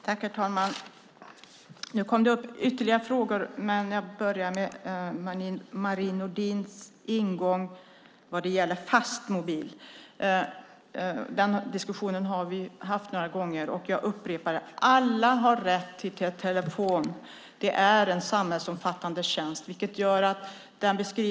Herr talman! Nu kom det ytterligare frågor. Jag börjar med Marie Nordéns frågor om fast mobil. Vi har haft den diskussionen några gånger. Jag upprepar: Alla har rätt till telefon. Det är en samhällsomfattande tjänst.